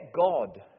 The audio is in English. God